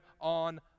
on